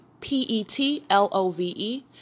P-E-T-L-O-V-E